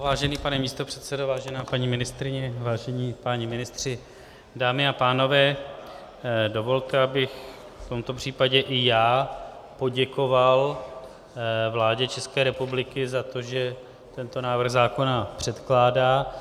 Vážený pane místopředsedo, vážená paní ministryně, vážení páni ministři, dámy a pánové, dovolte, abych v tomto případě i já poděkoval vládě ČR za to, že tento návrh zákona předkládá.